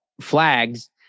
flags